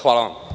Hvala vam.